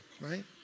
right